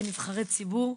כנבחרי ציבור,